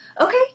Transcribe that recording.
Okay